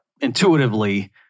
intuitively